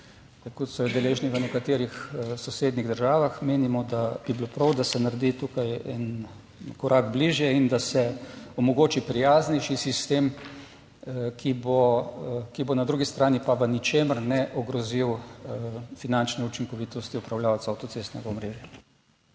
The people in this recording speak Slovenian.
kot so jo deležni v nekaterih sosednjih državah. Menimo, da bi bilo prav, da se naredi tukaj en korak bližje in da se omogoči prijaznejši sistem, ki bo na drugi strani pa v ničemer ne ogrozil finančne učinkovitosti upravljavcev avtocestnega omrežja.